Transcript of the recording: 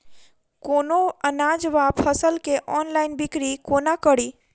कोनों अनाज वा फसल केँ ऑनलाइन बिक्री कोना कड़ी?